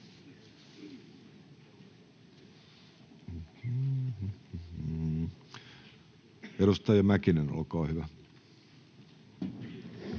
edustaja Lindén, olkaa hyvä.